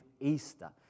Easter